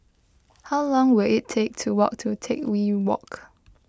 how long will it take to walk to Teck Whye Walk